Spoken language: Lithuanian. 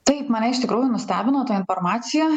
taip mane iš tikrųjų nustebino ta informacija